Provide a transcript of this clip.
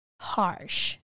harsh